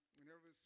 Whenever